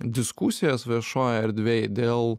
diskusijas viešojoj erdvėj dėl